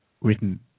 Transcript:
written